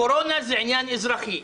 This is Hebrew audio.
קורונה זה עניין אזרחי.